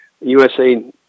USA